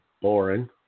boring